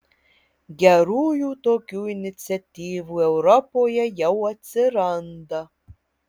gerųjų tokių iniciatyvų europoje jau atsiranda